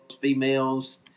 females